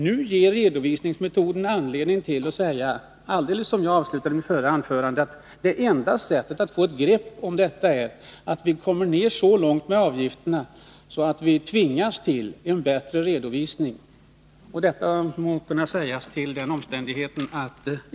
Som jag sade i mitt förra anförande är redovisningsmetoderna sådana att det enda sättet att få grepp om detta är att sänka avgifterna så mycket att vi tvingas till en bättre redovisning.